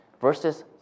versus